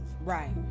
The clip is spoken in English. Right